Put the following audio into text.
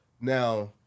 now